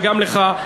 וגם לך,